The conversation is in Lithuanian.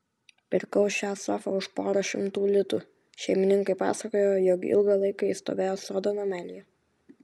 pirkau šią sofą už porą šimtų litų šeimininkai pasakojo jog ilgą laiką ji stovėjo sodo namelyje